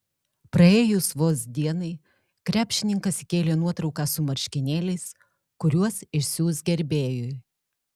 praėjus vos dienai krepšininkas įkėlė nuotrauką su marškinėliais kuriuos išsiųs gerbėjui